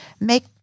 make